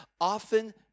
often